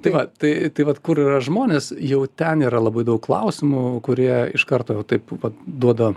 tai va tai tai vat kur yra žmonės jau ten yra labai daug klausimų kurie iš karto jau taip vat duoda